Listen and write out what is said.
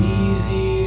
easy